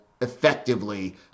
effectively